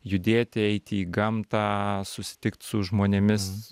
judėti eiti į gamtą susitikt su žmonėmis